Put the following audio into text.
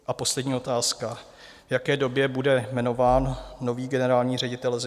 A poslední otázka: V jaké době bude jmenován nový generální ředitel SZIF?